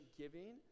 giving